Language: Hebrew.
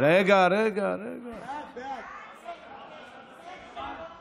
הצעת חוק מבקר המדינה (תיקון,